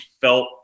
felt